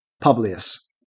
Publius